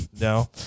No